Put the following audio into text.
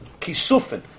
Kisufin